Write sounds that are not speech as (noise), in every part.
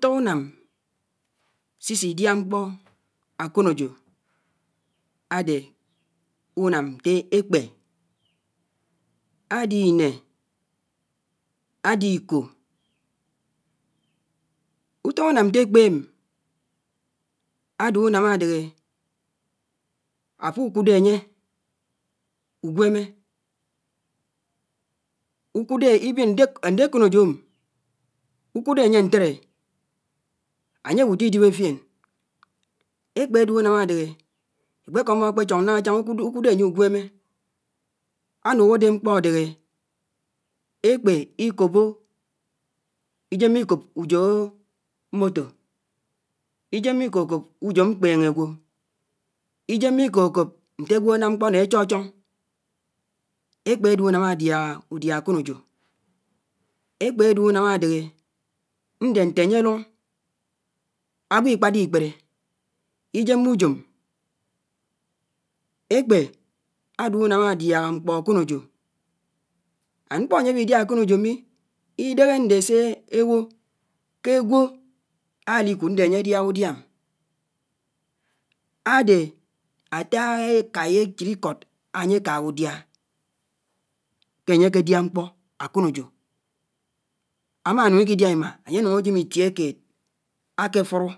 tó ùnám se isi diá mkpò ákpònéjò ádè ùnám ntè èkpè ádè inè, ádè ukó (hesitation) utó ùnam nte èkpè m ádè ùnám ádèhè àfò ùkòdò ányè ùgwèmè, ùkùdé even ndè, ándè ákònèjò m ùkùdè ányè ntèdè ányè bu didibè fién, èkpè ádè ùnàm ádèhè ikikòn ákpè chióñ nághá áchióñ, ùkùdó ányè ùgwèmè ánuk ádè mkpò ádihè èkpè ikòpò, ĩjèmmè ikòp uyò motor, ĩjèmmè ikòkòp uyo mkpèngè ágwò ijèmmè ikòkòp ntè ágwò ánám ná achióñ chióñ èkpè ádè ùnám ádiágá mkpò ákònèjó, èkpè ádé ùnam ádèhè ndè nte ányè dúñ ágwò ikpádá ikpèrè, ijèmmè uyòm, èkpè ádè ùnám ádiágá mkpò ákònègò and mkpò ányè ábihi diá ákònèjò mi idèhè ndè sè ébò ké ágwò á li kùd ndè ányè diágá ndiá m ádè átá ékái échid ikòt ányè kághá udiá ke ányè ke diá mkpò ákónèjò ámá nún iki diá imaa ányè núñ áyèm itiè kèd ákè furọ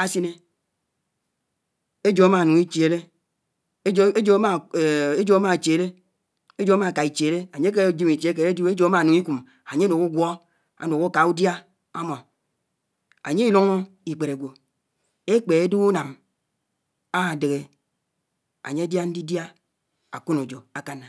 ásinè éjò ámá núñ ĩchièlè, éjò, éjò, (hesitation) éjò ámáchiélé, éjò ámá ká ichièlè ányè ke jém itié kéd ádibè, éjò ámánúñ ikúm ányè núk ágwó ánúk áká udiá ámò. Ányè iloño ikpèdè ágwò ékpé ádè únám ádèhè ányè diá ndudiá ákònèjò ákánná.